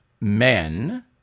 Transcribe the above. men